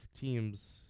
teams